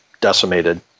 decimated